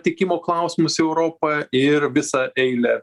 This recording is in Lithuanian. tiekimo klausimus į europą ir visą eilę